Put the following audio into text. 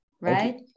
right